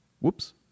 whoops